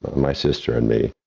my sister and me,